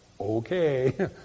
okay